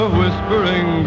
whispering